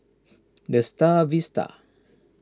the Star Vista